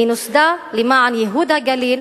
היא נוסדה למען ייהוד הגליל,